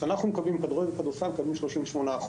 הכדורגל והכדורסל מקבלים 38%,